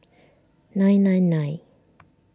nine nine nine